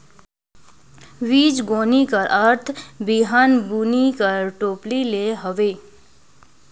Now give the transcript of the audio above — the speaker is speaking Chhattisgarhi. बीजगोनी कर अरथ बीहन बुने कर टोपली ले हवे